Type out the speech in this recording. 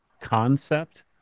concept